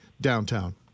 downtown